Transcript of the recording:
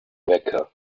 wecker